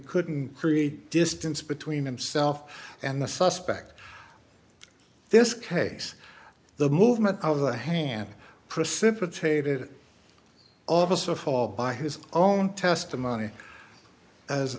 couldn't create distance between himself and the suspect in this case the movement of the hand precipitated all of us a fall by his own testimony as